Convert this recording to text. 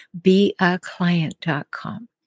beaclient.com